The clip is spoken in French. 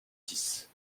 six